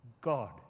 God